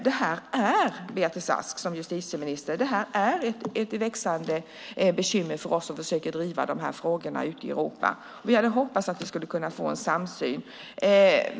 Det här, justitieminister Beatrice Ask, är ett växande bekymmer för oss som försöker driva dessa frågor ute i Europa. Jag hade hoppats att vi skulle kunna få en samsyn.